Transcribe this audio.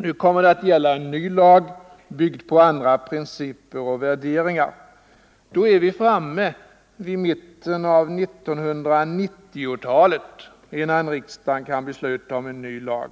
Nu kommer det att gälla en ny lag, byggd på andra principer och värderingar. Då är vi framme vid mitten av 1990-talet innan riksdagen kan besluta om en ny lag.